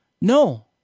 No